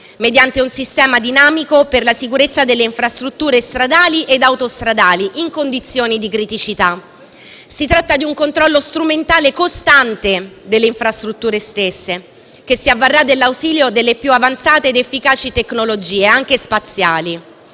mediante un sistema dinamico per la sicurezza delle infrastrutture stradali e autostradali in condizioni di criticità. Si tratta di un controllo strumentale costante delle infrastrutture stesse, che si avvarrà dell’ausilio delle più avanzate ed efficaci tecnologie, anche spaziali.